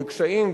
וקשיים,